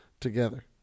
together